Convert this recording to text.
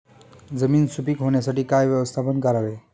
जमीन सुपीक होण्यासाठी काय व्यवस्थापन करावे?